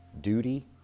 duty